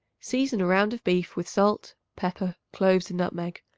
season a round of beef with salt, pepper, cloves and nutmeg.